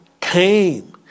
came